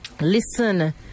listen